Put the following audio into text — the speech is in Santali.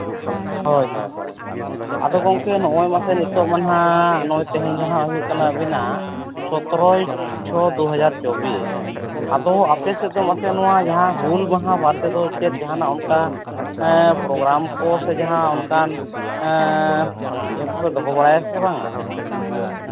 ᱦᱳᱭ ᱦᱳᱭ ᱟᱫᱚ ᱜᱚᱢᱠᱮ ᱱᱚᱜᱼᱚᱭ ᱢᱟᱥᱮ ᱱᱤᱛᱚᱜ ᱢᱟ ᱦᱟᱸᱜ ᱱᱚᱜᱼᱚᱭ ᱛᱮᱦᱮᱧ ᱫᱚ ᱦᱟᱸᱜ ᱦᱩᱭᱩᱜ ᱠᱟᱱᱟ ᱟᱹᱵᱤᱱᱟᱜ ᱥᱚᱛᱨᱚ ᱪᱷᱚᱭ ᱫᱩ ᱦᱟᱡᱟᱨ ᱪᱚᱵᱽᱵᱤᱥ ᱟᱫᱚ ᱟᱯᱮ ᱥᱮᱫ ᱫᱚ ᱟᱯᱮ ᱱᱚᱣᱟ ᱡᱟᱦᱟᱸ ᱦᱩᱞ ᱢᱟᱦᱟ ᱵᱟᱨᱮ ᱛᱮᱫᱚ ᱪᱮᱫ ᱡᱟᱦᱟᱱᱟᱜ ᱚᱱᱠᱟ ᱦᱮᱸ ᱯᱨᱚᱜᱽᱨᱟᱢ ᱠᱚ ᱥᱮ ᱡᱟᱦᱟᱱ ᱚᱱᱠᱟᱱ ᱤᱭᱟᱹ ᱠᱚᱯᱮ ᱫᱚᱦᱚ ᱵᱟᱲᱟᱭᱟ ᱥᱮ ᱵᱟᱝᱟ